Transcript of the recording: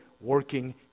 working